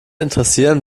interessieren